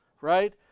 right